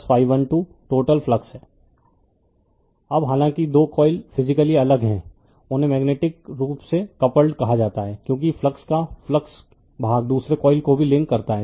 refer slide time 0116 अब हालांकि 2 coil physically अलग हैं उन्हें मेग्नेटिक रूप से कपल्ड कहा जाता है क्योंकि फ्लक्स का फ्लक्स भाग दूसरे कॉइल को भी लिंक करता है